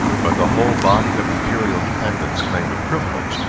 but the whole body of imperial dependants claimed a privilege,